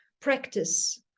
practice